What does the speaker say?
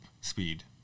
speed